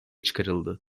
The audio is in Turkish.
çıkarıldı